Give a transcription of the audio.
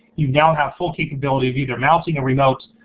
you now have full capability of either mousing a remote,